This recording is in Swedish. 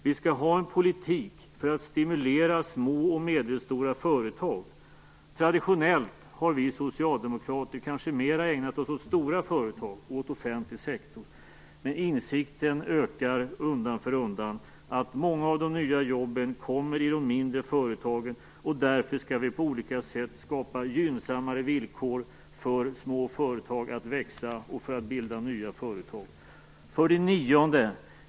Vi skall ha en politik för att stimulera små och medelstora företag. Traditionellt har vi socialdemokrater kanske mera ägnat oss åt stora företag och åt offentlig sektor. Men insikten ökar undan för undan om att många av de nya jobben kommer i de mindre företagen. Därför skall vi på olika sätt skapa gynnsammare villkor för små företag så att de kan växa och bilda nya företag. 9.